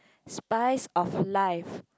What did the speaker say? spice of life